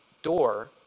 door